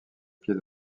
pied